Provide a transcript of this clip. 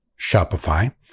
Shopify